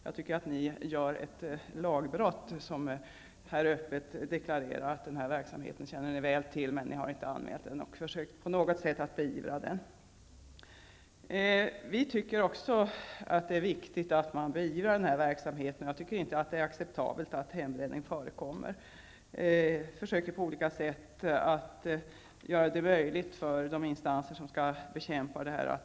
Jag tycker att ni begår ett lagbrott när ni här öppet deklarerar att ni väl känner till denna verksamhet och att ni inte har anmält eller på något sätt medverkat till att beivra den. Vi i centerpartiet anser att det är viktigt att hembränningsverksamheten beivras. Det är inte acceptabelt att hembränning förekommer. Vi försöker på olika sätt att göra det möjligt för berörda instanser att bekämpa hembränning.